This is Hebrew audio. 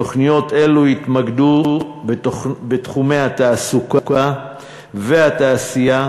תוכניות אלו יתמקדו בתחומי התעסוקה והתעשייה,